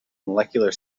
molecular